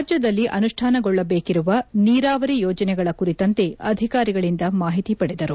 ರಾಜ್ಯದಲ್ಲಿ ಅನುಷ್ಠಾನಗೊಳ್ಳಬೇಕಿರುವ ನೀರಾವರಿ ಯೋಜನೆಗಳ ಕುರಿತಂತೆ ಅಧಿಕಾರಿಗಳಿಂದ ಮಾಹಿತಿ ಪಡೆದರು